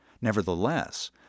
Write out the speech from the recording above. Nevertheless